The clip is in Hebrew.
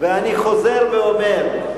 ואני חוזר ואומר,